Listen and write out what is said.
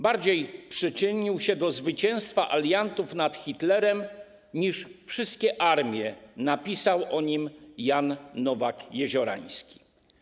Bardziej przyczynił się do zwycięstwa aliantów nad Hitlerem niż wszystkie armie, napisał o nim Jan Nowak-Jeziorański.